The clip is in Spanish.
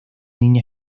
niña